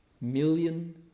million